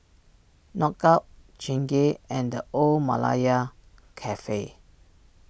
Knockout Chingay and the Old Malaya Cafe